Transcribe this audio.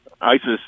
ISIS